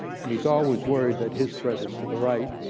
and he's always worried that his threat is to the right,